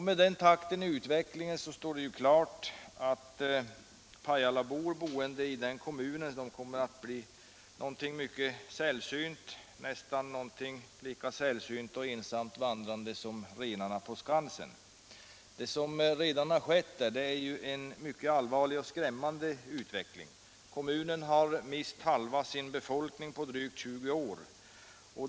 Med den takten i utvecklingen står det ju klart att pajalabor, boende i Pajala kommun, kommer att bli något synnerligen sällsynt — något nästa lika sällsynt och ensamt vandrande som renarna på Skansen. Det som redan har skett innebär en mycket allvarlig och skrämmande utveckling. Kommunen har mist halva sin befolkning på drygt 20 år.